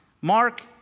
Mark